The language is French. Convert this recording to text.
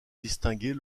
distinguer